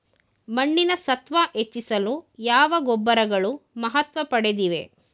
ಮಣ್ಣಿನ ಸತ್ವ ಹೆಚ್ಚಿಸಲು ಯಾವ ಗೊಬ್ಬರಗಳು ಮಹತ್ವ ಪಡೆದಿವೆ?